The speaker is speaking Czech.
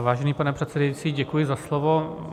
Vážený pane předsedající, děkuji za slovo.